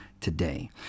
today